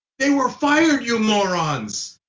they were fired, you morons.